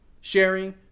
sharing